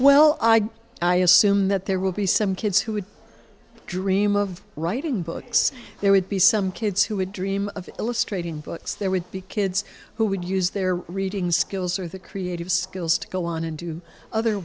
guess i assume that there will be some kids who would dream of writing books there would be some kids who would dream of illustrating books there would be kids who would use their reading skills or the creative skills to go on and do other